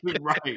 right